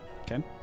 Okay